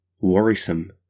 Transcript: worrisome